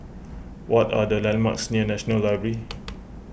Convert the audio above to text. what are the landmarks near National Library